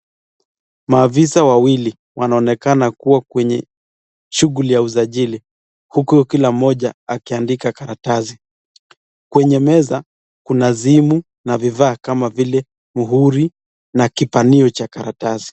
Maafisa wawili wanaoneka kuwa kwenye shughuli ya usajili huku kila mmoja akiandika karatasi. Kwenye meza kuna simu na vifaa kama vile muhuri na kibanio cha karatasi.